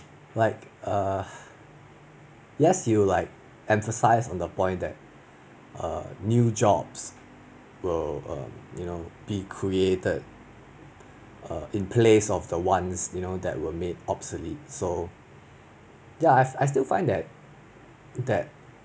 like err yes you like emphasize on the point that err new jobs will um you know be created err in place of the ones that you know that will make obsolete so ya I I still find that that